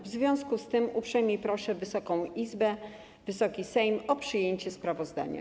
W związku z tym uprzejmie proszę Wysoką Izbę, Wysoki Sejm o przyjęcie sprawozdania.